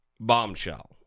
Bombshell